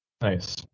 Nice